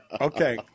okay